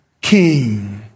king